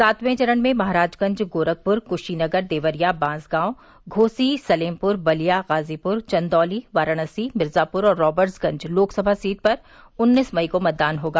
सातवें चरण में महराजगंज गोरखपुर क्शीनगर देवरिया बांसगांव घोसी सलेमपुर बलिया गाजीपुर चन्दौली वाराणसी मिर्जापुर और रार्बट्सगंज लोकसभा सीट पर उन्नीस मई को मतदान होगा